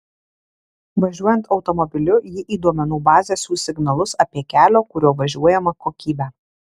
važiuojant automobiliu ji į duomenų bazę siųs signalus apie kelio kuriuo važiuojama kokybę